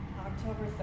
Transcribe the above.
october